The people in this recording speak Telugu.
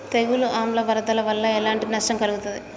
తెగులు ఆమ్ల వరదల వల్ల ఎలాంటి నష్టం కలుగుతది?